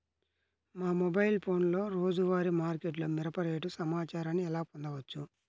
మా మొబైల్ ఫోన్లలో రోజువారీ మార్కెట్లో మిరప రేటు సమాచారాన్ని ఎలా పొందవచ్చు?